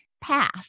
path